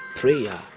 prayer